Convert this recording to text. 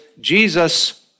Jesus